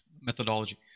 methodology